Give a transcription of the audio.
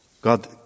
God